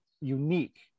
unique